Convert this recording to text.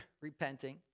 repenting